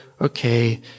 okay